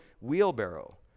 wheelbarrow